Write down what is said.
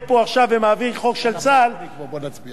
באה הממשלה ואומרת,